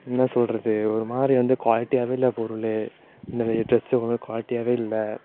என்ன சொல்வது ஒரு மாதிரி வந்து குவாலிட்டியாகவே இல்லை பொருள் இந்த ட்ரெஸு வந்து குவாலிட்டியாகவே இல்லை